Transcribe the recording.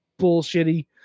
bullshitty